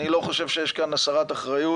אני לא חושב שיש כאן הסרת אחריות.